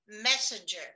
messenger